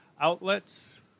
outlets